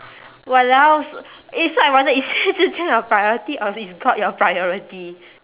!walao! s~ eh so ironic is xue zhi qian your priority or is god your priority